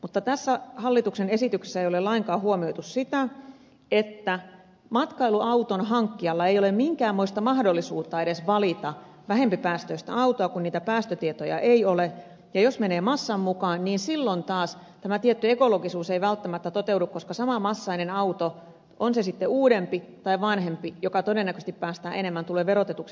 mutta tässä hallituksen esityksessä ei ole lainkaan huomioitu sitä että matkailuauton hankkijalla ei ole minkäänmoista mahdollisuutta edes valita vähempipäästöistä autoa kun niitä päästötietoja ei ole ja jos mennään massan mukaan niin silloin taas tämä tietty ekologisuus ei välttämättä toteudu koska samanmassainen auto on se sitten uudempi tai vanhempi joka todennäköisesti päästää enemmän tulee verotetuksi samalta pohjalta